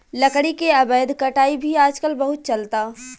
लकड़ी के अवैध कटाई भी आजकल बहुत चलता